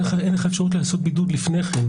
אין לך אפשרות לעשות בידוד לפני ההלוויה.